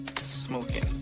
Smoking